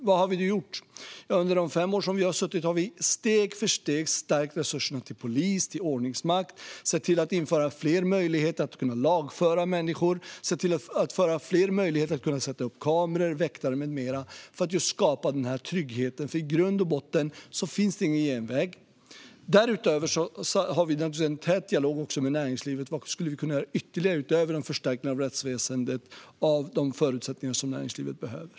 Vad har vi då gjort? Jo, under de fem år som vi har suttit har vi steg för steg stärkt resurserna till polis och ordningsmakt och infört fler möjligheter att lagföra människor, sätta upp kameror, ha väktare med mera för att skapa trygghet. I grund och botten finns det ingen genväg. Därutöver har vi en tät dialog med näringslivet om vad vi skulle kunna göra ytterligare utöver förstärkningen av rättsväsendet och om de förutsättningar som näringslivet behöver.